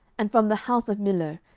and from the house of millo,